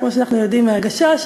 כמו שאנחנו יודעים מ"הגשש",